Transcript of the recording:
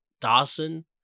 Dawson